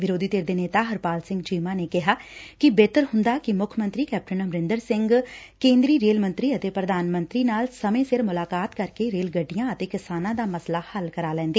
ਵਿਰੋਧੀ ਧਿਨ ਦੇ ਨੇਤਾ ਹਰਪਾਲ ਸਿੰਘ ਚੀਮਾ ਨੇ ਕਿਹਾ ਕਿ ਬਿਹਤਰ ਹੂੰਦਾ ਕਿ ਮੁੱਖ ਮੰਤਰੀ ਕੈਪਟਨ ਅਮਰਿੰਦਰ ਸਿੰਘ ਕੇਂਦਰੀ ਰੇਲ ਮੰਤਰੀ ਅਤੇ ਪ੍ਰਧਾਨ ਮੰਤਰੀ ਨਾਲ ਸਮੇਂ ਸਿਰ ਮੁਲਾਕਾਤ ਕਰਕੇ ਰੇਲ ਗੱਡੀਆਂ ਅਤੇ ਕਿਸਾਨਾਂ ਦਾ ਮਸਲਾ ਹੱਲ ਕਰਾ ਲੈਦੇ